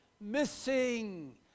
missing